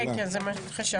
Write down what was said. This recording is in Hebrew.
כן כן, זה מה שחשבתי.